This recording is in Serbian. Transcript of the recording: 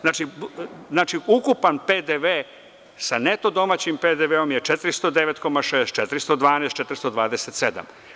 Znači, ukupan PDV sa neto domaćim PDV-om je 409,6,412,427.